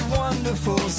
wonderful